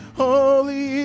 holy